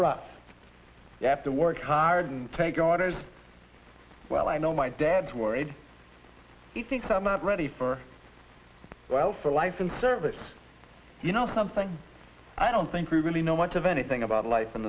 rough you have to work hard and thank god as well i know my dad's worried he thinks i'm not ready for well for life and service you know something i don't think we really know much of anything about life in